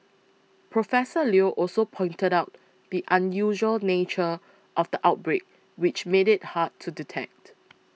Professor Leo also pointed out the unusual nature of the outbreak which made it hard to detect